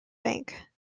bank